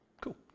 Cool